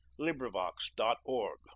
LibriVox.org